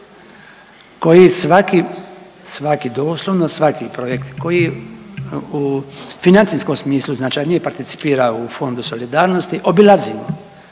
koji svaki, doslovno svaki projekt, koji u financijskom smislu značajnije participira u Fondu solidarnosti, dakle